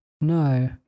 no